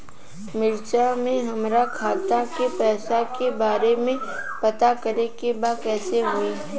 मार्च में हमरा खाता के पैसा के बारे में पता करे के बा कइसे होई?